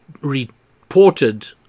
reported